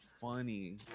funny